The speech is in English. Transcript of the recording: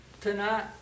tonight